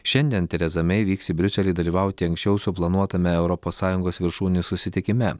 šiandien tereza mei vyks į briuselį dalyvauti anksčiau suplanuotame europos sąjungos viršūnių susitikime